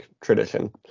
tradition